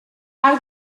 arc